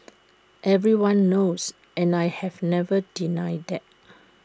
everyone knows and I have never denied that